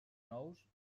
nous